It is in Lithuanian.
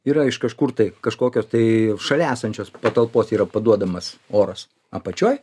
yra iš kažkur tai kažkokios tai šalia esančios patalpos yra paduodamas oras apačioj